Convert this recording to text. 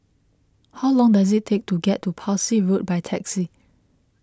how long does it take to get to Parsi Road by taxi